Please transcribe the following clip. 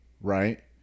right